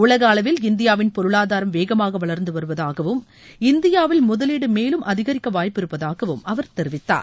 உலக அளவில் இந்தியாவின் பொருளாதாரம் வேகமாக வளர்ந்துவருவதாகவும் இந்தியாவில் முதலீடு மேலும் அதிகரிக்க வாய்ப்பு இருப்பதாகவும் அவர் தெரிவித்தார்